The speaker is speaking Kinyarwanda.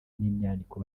n’imyaniko